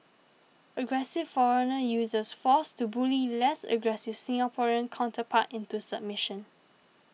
aggressive foreigner uses force to bully less aggressive Singaporean counterpart into submission